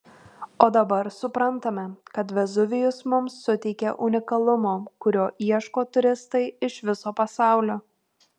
o dabar suprantame kad vezuvijus mums suteikia unikalumo kurio ieško turistai iš viso pasaulio